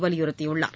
வலியுறுத்தியுள்ளார்